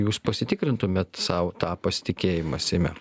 jūs pasitikrintumėt sau tą pasitikėjimą seime